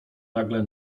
nagle